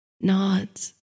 nods